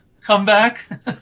Comeback